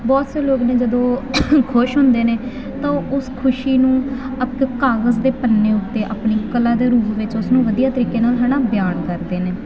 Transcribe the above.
ਬਹੁਤ ਸੇ ਲੋਕ ਨੇ ਜਦੋਂ ਖੁਸ਼ ਹੁੰਦੇ ਨੇ ਤਾਂ ਉਸ ਖੁਸ਼ੀ ਨੂੰ ਆਪਣੇ ਕਾਗਜ਼ ਦੇ ਪੰਨੇ ਉੱਤੇ ਆਪਣੀ ਕਲਾ ਦੇ ਰੂਪ ਵਿੱਚ ਉਸਨੂੰ ਵਧੀਆ ਤਰੀਕੇ ਨਾਲ ਹੈ ਨਾ ਬਿਆਨ ਕਰਦੇ ਨੇ